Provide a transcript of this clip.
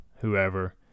whoever